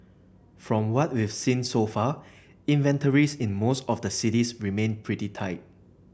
from what we've seen so far inventories in most of the cities remain pretty tight